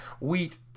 wheat